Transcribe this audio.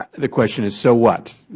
the question is, so what?